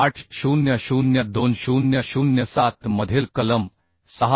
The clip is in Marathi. IS 800 2007 मधील कलम 6